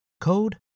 code